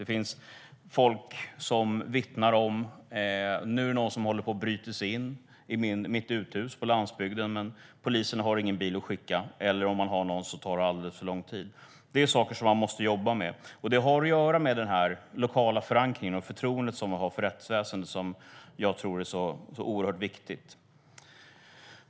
Det finns folk som vittnar om att de har ringt och sagt att någon håller på att bryta sig in i deras uthus på landsbygden, men polisen har ingen bil att skicka - och om de har någon tar det alldeles för lång tid. Detta är saker som man måste jobba med. Det har att göra med den lokala förankringen och det förtroende vi har för rättsväsendet, som jag tror är så oerhört viktigt.